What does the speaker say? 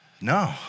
No